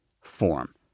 form